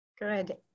Good